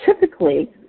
typically